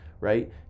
right